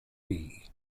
bee